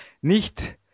nicht